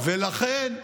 ולכן,